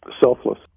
Selfless